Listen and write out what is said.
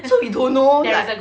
so we don't know like